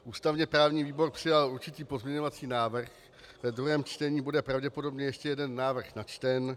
Ústavněprávní výbor přijal určitý pozměňovací návrh, ve druhém čtení bude pravděpodobně ještě jeden návrh načten.